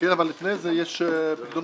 אבל לפני זה יש תיקון